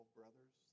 brothers